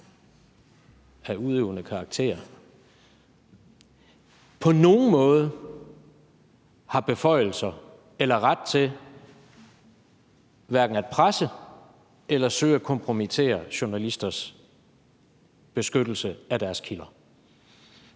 af udøvende karakter på nogen måde har beføjelser eller ret til at presse eller søge at kompromittere journalisters beskyttelse af deres kilder.